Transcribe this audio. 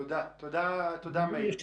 תודה מאיר.